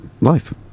life